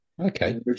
Okay